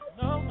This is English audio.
no